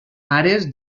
àrees